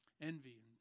Envy